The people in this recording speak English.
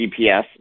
GPS